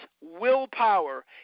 willpower